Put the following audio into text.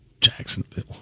Jacksonville